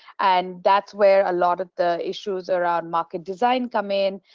and that's where a lot of the issues around market design come in,